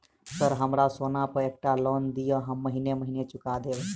Sir हमरा सोना पर एकटा लोन दिऽ हम महीने महीने चुका देब?